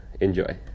Enjoy